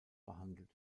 behandelt